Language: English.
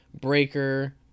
Breaker